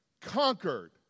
conquered